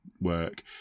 work